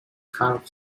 half